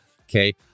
okay